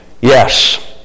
yes